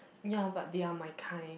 ya but they are my kind